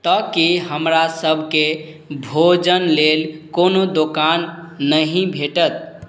तऽ की हमरा सबके भोजन लेल कोनो दोकान नहि भेटत